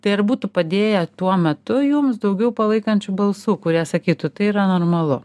tai ar būtų padėję tuo metu jums daugiau palaikančių balsų kurie sakytų tai yra normalu